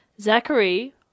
Zachary